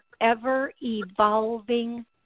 ever-evolving